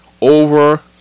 over